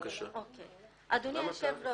אדוני היושב,